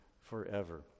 forever